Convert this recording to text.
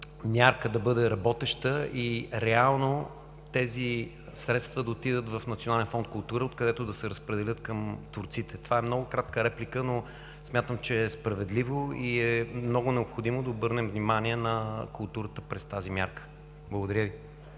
мярка да бъде работеща и тези средства реално да отидат в национален фонд „Култура“, откъдето да се разпределят към творците. Правя много кратка реплика, но смятам, че е справедливо и много необходимо да обърнем внимание на културата през тази мярка. Благодаря Ви.